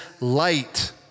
light